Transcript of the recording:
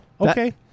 okay